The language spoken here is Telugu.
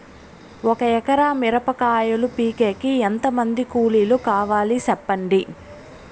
ఒక ఎకరా మిరప కాయలు పీకేకి ఎంత మంది కూలీలు కావాలి? సెప్పండి?